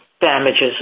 damages